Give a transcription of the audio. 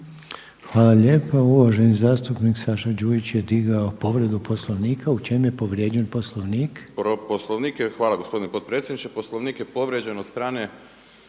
Hvala lijepo. Uvaženi zastupnik Saša Đujić je digao povredu Poslovnika. U čemu je povrijeđen Poslovnik? **Đujić, Saša (SDP)** Hvala gospodine potpredsjedniče. Poslovnik je povrijeđen od strane